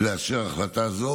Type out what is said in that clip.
לאשר החלטה זאת,